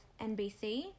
NBC